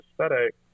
aesthetic